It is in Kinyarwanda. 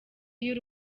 y’u